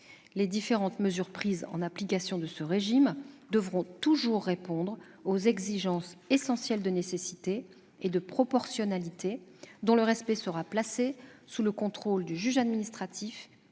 Les différentes mesures prises en application de ce régime devront toujours répondre aux exigences essentielles de nécessité et de proportionnalité, dont le respect sera placé sous le contrôle du juge administratif,